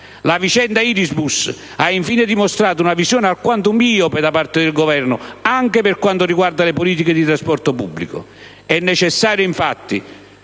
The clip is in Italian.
La vicenda Irisbus ha infine dimostrato una visione alquanto miope da parte del Governo anche per quanto riguarda le politiche di trasposto pubblico. È necessario infatti